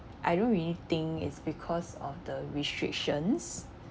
I don't really think it's because of the restrictions